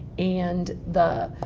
and the